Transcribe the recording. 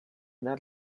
that